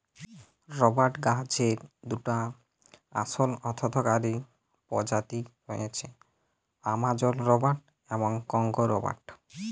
রবাট গাহাচের দুটা আসল অথ্থকারি পজাতি রঁয়েছে, আমাজল রবাট এবং কংগো রবাট